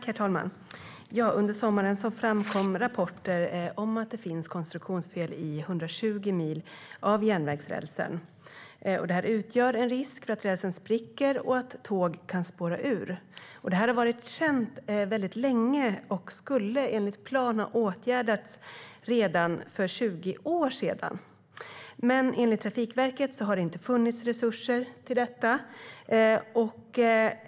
Herr talman! Under sommaren framkom det av rapporter att det finns konstruktionsfel i 120 mil av järnvägsrälsen. Det utgör en risk för att rälsen spricker och för att tåg spårar ur. Detta har varit känt länge och skulle enligt plan ha åtgärdats redan för 20 år sedan. Men enligt Trafikverket har det inte funnits resurser till detta.